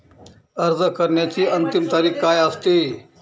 अर्ज करण्याची अंतिम तारीख काय असते?